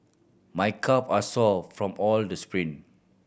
my calve are sore from all the sprint